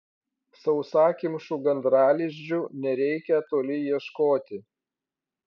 sausakimšų gandralizdžių nereikia toli ieškoti